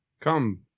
Come